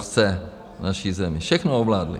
V naší zemi všechno ovládli.